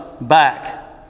back